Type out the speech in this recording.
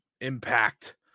impact